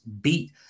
beat